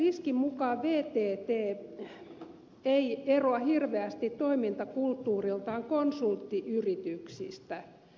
liskin mukaan vtt ei eroa hirveästi toimintakulttuuriltaan konsulttiyrityksistä